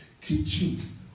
teachings